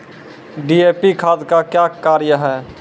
DAP खाद का क्या कार्य हैं?